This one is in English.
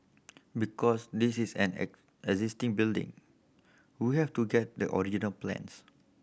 because this is an existing building we have to get the original plans